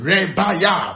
Rebaya